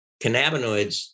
cannabinoids